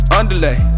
underlay